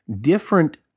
different